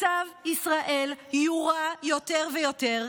מצב ישראל יורע יותר ויותר.